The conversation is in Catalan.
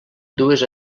dues